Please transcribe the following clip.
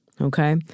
okay